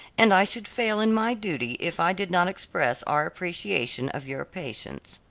and i should fail in my duty if i did not express our appreciation of your patience.